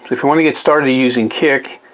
if you want to get started using kik,